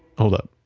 hold up.